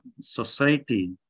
society